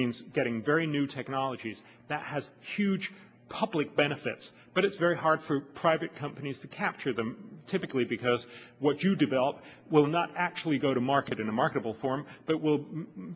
means getting very new technologies that has huge public benefits but it's very hard for private companies to capture them typically because what you develop will not actually go to market in the market will form but will